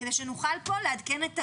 כדי שנוכל מפה לעדכן את ההורים,